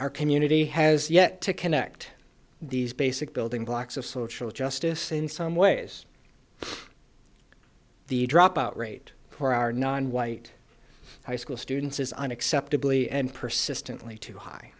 our community has yet to connect these basic building blocks of social justice in some ways the dropout rate for our non white high school students is unacceptably and persistently too high